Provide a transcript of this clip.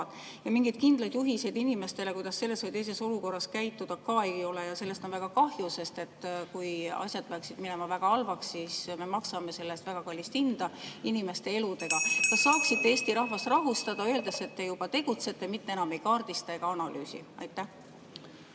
Ja mingeid kindlaid juhiseid inimestele, kuidas selles või teises olukorras käituda, ka ei ole. Sellest on väga kahju, sest kui asjad peaksid minema väga halvaks, siis me maksame selle eest väga kallist hinda inimeste eludega. Kas saaksite Eesti rahvast rahustada, öeldes, et te juba tegutsete, mitte enam ei kaardista ega analüüsi? Aitäh,